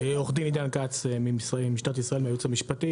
עורך דין עידן כץ ממשטרת ישראל מהייעוץ המשפטי,